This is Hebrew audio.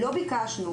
לא ביקשנו,